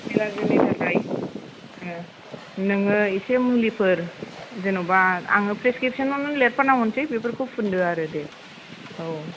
एलारजिनि थाखाय नोङो एसे मुलिफोर जेन'बा आङो फ्रेसखेबसनावनो लेरफाना हरसै बेफोरखौ फुनदो आरो दे औ